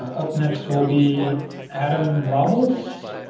up next will be adam rebels.